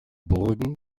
burgen